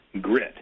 grit